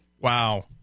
Wow